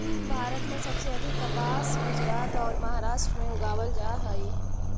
भारत में सबसे अधिक कपास गुजरात औउर महाराष्ट्र में उगावल जा हई